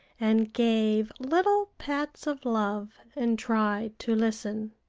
and gave little pats of love and tried to listen.